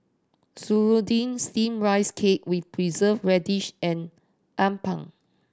serunding Steamed Rice Cake with Preserved Radish and appam